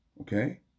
Okay